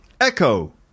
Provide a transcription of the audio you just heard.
echo